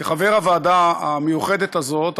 כחבר הוועדה המיוחדת הזאת,